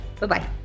Bye-bye